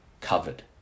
covered